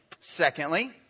Secondly